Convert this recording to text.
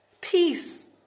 Peace